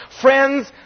Friends